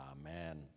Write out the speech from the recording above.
amen